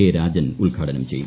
K Rajan ഉദ്ഘാടനം ചെയ്യും